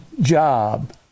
job